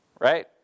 Right